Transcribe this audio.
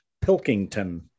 Pilkington